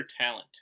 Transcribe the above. talent